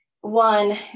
One